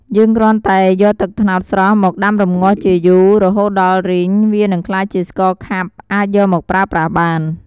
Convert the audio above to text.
យើងគ្រាន់តែយកទឹកត្នោតស្រស់មកដាំរម្ងាស់ជាយូរ រហូតដល់រីង វានឹងក្លាយជាស្ករខាប់អាចយកមកប្រើប្រាស់បាន។